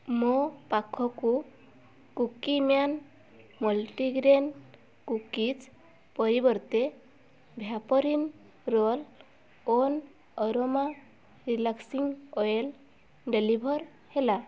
ମୋ ପାଖକୁ Cookieman multigrain cookies ପରିବର୍ତ୍ତେ Vaporin roll on aroma relaxing oil deliver ହେଲା